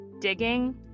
digging